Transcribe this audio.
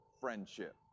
friendship